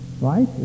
Right